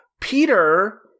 Peter